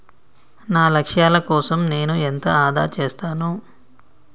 నా లక్ష్యాల కోసం నేను ఎంత ఆదా చేస్తాను?